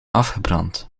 afgebrand